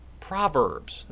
proverbs